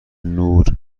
نور